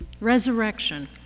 resurrection